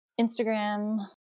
Instagram